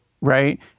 Right